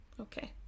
okay